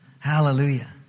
Hallelujah